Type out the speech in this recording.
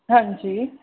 ਹਾਂਜੀ